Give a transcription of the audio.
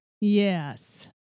Yes